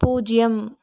பூஜ்ஜியம்